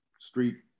street